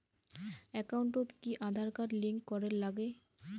একাউন্টত কি Aadhaar card link করের নাগে?